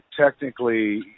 technically